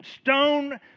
stone